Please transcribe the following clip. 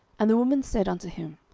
and the woman said unto him,